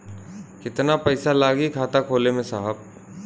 कितना पइसा लागि खाता खोले में साहब?